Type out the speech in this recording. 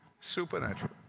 Supernatural